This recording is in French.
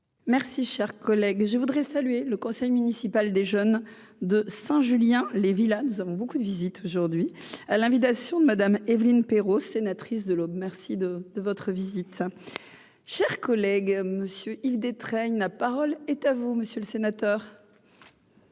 Merci, chers collègues, je voudrais saluer le conseil municipal des jeunes de Saint-Julien les villas, nous avons beaucoup de visite aujourd'hui à l'invitation de Madame Evelyne Perrot, sénatrice de l'Aube, merci de de votre visite, cher collègue Monsieur Yves Détraigne, la parole est à vous, monsieur le sénateur.